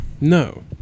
No